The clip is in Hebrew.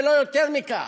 ולא יותר מכך.